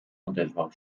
odezwał